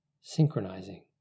synchronizing